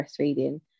breastfeeding